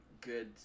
good